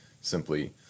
simply